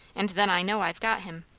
and then i know i've got him.